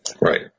Right